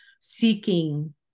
seeking